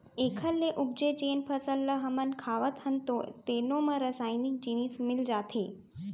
एखर ले उपजे जेन फसल ल हमन खावत हन तेनो म रसइनिक जिनिस मिल जाथे